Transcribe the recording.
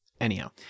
anyhow